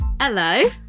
Hello